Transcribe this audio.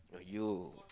but you